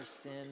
sin